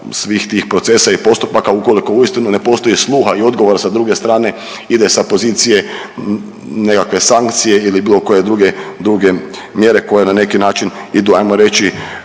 svih tih procesa i postupaka ukoliko uistinu ne postoji sluha i odgovora sa druge strane ide sa pozicije nekakve sankcije ili bilo koje druge mjere koje na neki način idu ajmo reći